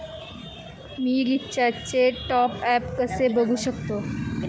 मी रिचार्जचे टॉपअप कसे बघू शकतो?